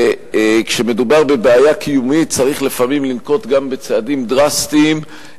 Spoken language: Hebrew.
וכשמדובר בבעיה קיומית צריך לפעמים לנקוט גם צעדים דרסטיים,